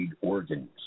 organs